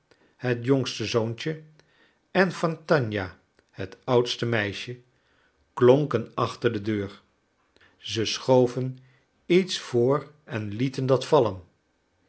het jongste zoontje en van tania het oudste meisje klonken achter de deur zij schoven iets voor en lieten dat vallen